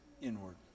inward